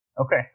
Okay